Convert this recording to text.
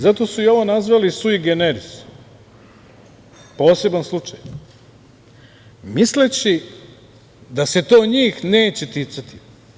Zato su i ovo nazvali sui generis, poseban slučaj, misleći da se to njih neće ticati.